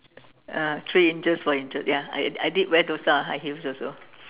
uh three inches four inches ya I I did wear those kind of high heels also